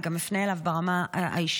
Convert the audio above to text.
אני גם אפנה אליו ברמה האישית,